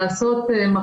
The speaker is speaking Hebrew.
לצערנו זה לא רק